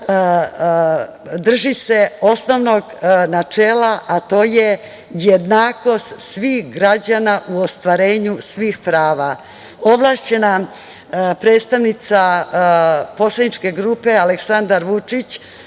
drži se osnovnog načela, a to je jednakost svih građana u ostvarenju svih prava. Ovlašćena predstavnica poslaničke grupe „Aleksandar Vučić